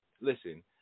listen